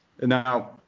Now